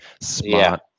smart